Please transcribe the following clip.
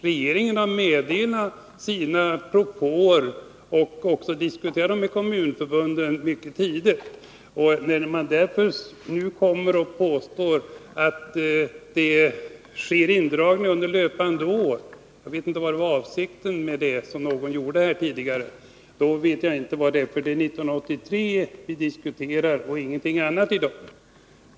Regeringen har meddelat sina propåer och även diskuterat dem mycket tidigt med kommunförbunden. När man därför nu kommer och påstår att det sker indragning under löpande år, som någon gjorde tidigare, vet jag inte vad som är avsikten med det. Det är 1983 vi diskuterar i dag och ingenting annat.